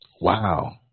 Wow